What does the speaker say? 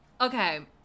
okay